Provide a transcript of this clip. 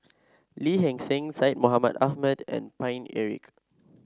Lee Hee Seng Syed Mohamed Ahmed and Paine Eric